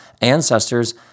ancestors